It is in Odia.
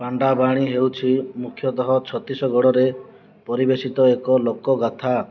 ପାଣ୍ଡାବାଣୀ ହେଉଛି ମୁଖ୍ୟତଃ ଛତିଶଗଡ଼ରେ ପରିବେଷିତ ଏକ ଲୋକଗାଥା